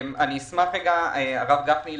הרב גפני,